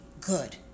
good